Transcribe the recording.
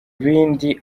bindi